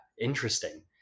Interesting